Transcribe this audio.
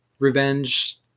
Revenge